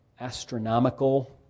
astronomical